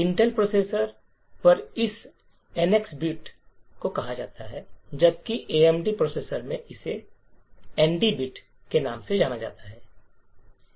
Intel processor पर इसे NX bit कहा जाता है जबकि एएमडी प्रोसेसर में इसे एनडी बिट के नाम से जाना जाता है